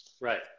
right